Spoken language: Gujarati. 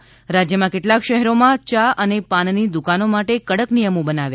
રાજ્યમાં કેટલાંક શહેરોમાં યા અને પાનની દુકાનો માટે કડક નિયમો બનાવ્યા